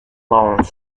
launch